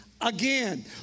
again